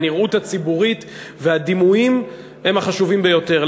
הנראות הציבורית והדימויים הם החשובים ביותר.